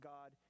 God